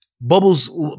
Bubbles